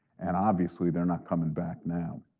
and obviously they're not coming back now.